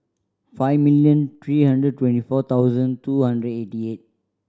five million three hundred twenty four thousand two hundred eighty eight